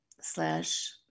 slash